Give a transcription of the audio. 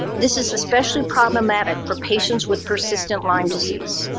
this is especially problematic for patients with persistent lyme disease.